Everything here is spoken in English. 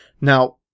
Now